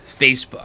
Facebook